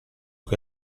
che